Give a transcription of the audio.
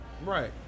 Right